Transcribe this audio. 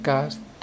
Cast